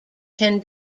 can